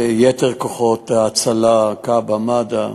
יתר הכוחות, ההצלה, כב"א, מד"א.